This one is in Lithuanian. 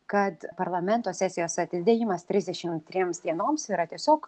kad parlamento sesijos atidėjimas trisdešim triems dienoms yra tiesiog